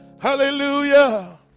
hallelujah